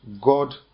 God